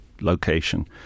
location